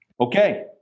Okay